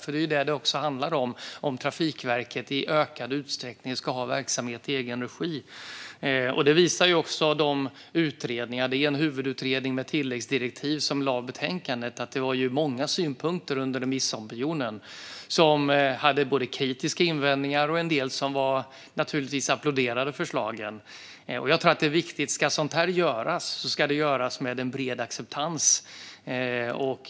Det är ju det som det handlar om: om Trafikverket i ökad utsträckning ska ha verksamhet i egen regi. Utredningarna visar - det är en utredning med tilläggsdirektiv som lade betänkandet - att det var många synpunkter under remissopinionen som var kritiska och hade invändningar och en del som applåderade förslagen. Jag tror att det är viktigt att om sådant här ska göras ska det göras med en bred acceptans.